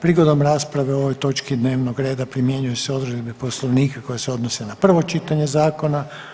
Prigodom rasprave o ovoj točki dnevnog reda primjenjuju se odredbe Poslovnika koje se odnose na prvo čitanje zakona.